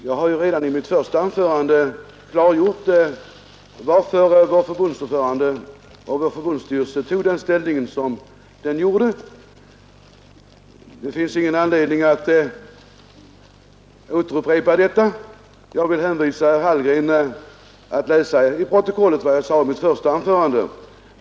Herr talman! Redan i mitt första anförande klargjorde jag varför vår förbundsordförande och vår förbundsstyrelse tog den ställning som de gjorde, och det finns ingen anledning att nu upprepa det. I stället vill jag hänvisa herr Hallgren till att läsa i protokollet vad jag sade.